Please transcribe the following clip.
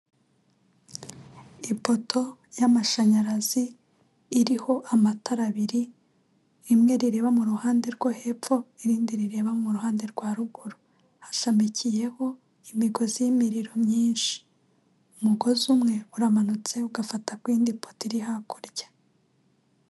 Ipoto y'amashanyarazi iriho amatara abiri, imwe rireba mu ruhande rwo hepfo, irindi rireba mu ruhande rwa ruguru. Hashamikiyeho imigozi y'imiriro myinshi, umugozi umwe uramanutse ugafata kuyindi pote iri hakurya.